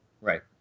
Right